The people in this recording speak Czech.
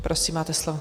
Prosím, máte slovo.